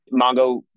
Mongo